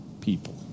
people